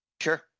sure